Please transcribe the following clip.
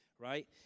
right